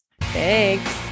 Thanks